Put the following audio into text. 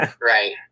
Right